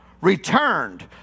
returned